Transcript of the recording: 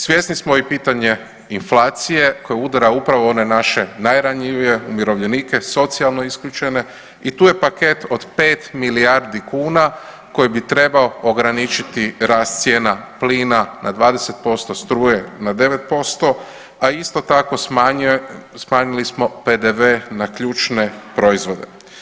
Svjesni smo i pitanja inflacije koje udara upravo one naše najranjivije umirovljenike, socijalno isključene i tu je paket od pet milijardi kuna koji bi trebao ograničiti rast cijena plina na 20%, struje na 9% a isto tako smanjili smo PDV na ključne proizvode.